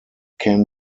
can